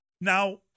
Now